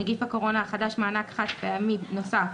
נגיף הקורונה החדש) (מענק חד-פעמי נוסף),